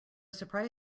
surprise